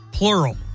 Plural